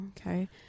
okay